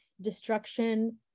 destruction